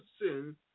sin